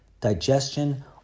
digestion